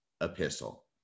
epistle